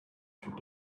should